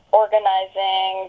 organizing